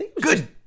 good